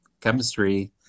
chemistry